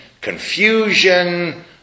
confusion